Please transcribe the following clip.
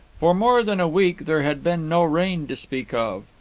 for more than a week there had been no rain to speak of.